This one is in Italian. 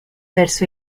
verso